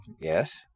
Yes